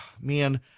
man